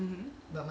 mmhmm